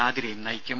ആതിരയും നയിക്കും